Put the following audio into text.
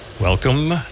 Welcome